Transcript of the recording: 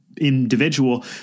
individual